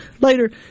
later